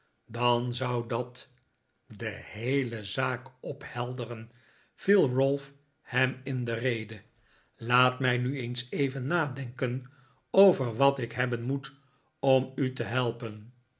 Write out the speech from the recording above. dan zou dat de heele zaak ophelderen viel ralph hem in de rede laat mij nu eens even nadenken over wat ik hebben moet om u te helpen